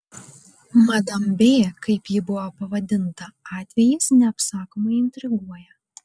madam b kaip ji buvo pavadinta atvejis neapsakomai intriguoja